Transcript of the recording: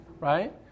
right